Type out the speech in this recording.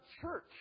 church